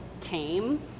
came